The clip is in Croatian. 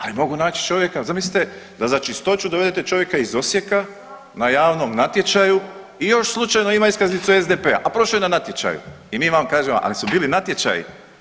Ali mogu naći čovjeka, zamislite da za Čistoću dovedete čovjeka iz Osijeka na javnom natječaju i još slučajno ima iskaznicu SDP-a, a prošao je na natječaju i mi vam kažemo, ali su bili natječaji.